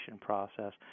process